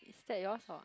is that yours or